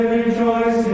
rejoice